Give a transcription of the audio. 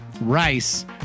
rice